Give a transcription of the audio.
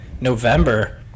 November